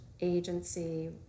agency